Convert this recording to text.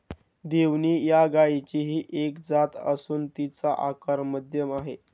देवणी या गायचीही एक जात असून तिचा आकार मध्यम आहे